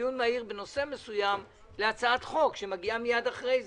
דיון מהיר בנושא מסוים להצעת חוק שמגיעה מייד אחרי זה.